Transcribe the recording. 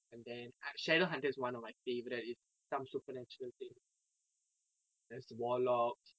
and then ah shadow hunter is one of my favourite is some supernatural thing there's the warlocks